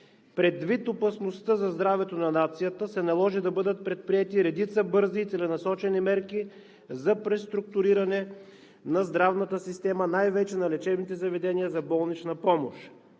Предвид опасността за здравето на нацията се наложи да бъдат предприети редица бързи и целенасочени мерки за преструктуриране на здравната система, най-вече на лечебните заведения за болнична помощ.